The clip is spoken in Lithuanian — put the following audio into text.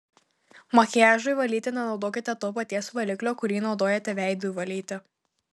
makiažui valyti nenaudokite to paties valiklio kurį naudojate veidui valyti